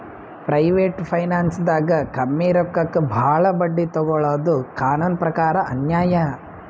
private ಫೈನಾನ್ಸ್ದಾಗ್ ಕಮ್ಮಿ ರೊಕ್ಕಕ್ ಭಾಳ್ ಬಡ್ಡಿ ತೊಗೋಳಾದು ಕಾನೂನ್ ಪ್ರಕಾರ್ ಅನ್ಯಾಯ್